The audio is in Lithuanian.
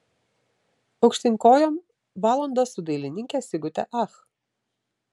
aukštyn kojom valandos su dailininke sigute ach